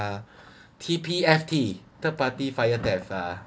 uh T_P_F_T third party fire theft uh